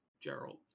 Gerald